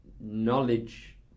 knowledge